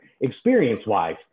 experience-wise